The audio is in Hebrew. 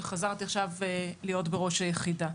וחזרתי עכשיו להיות בראש היחידה.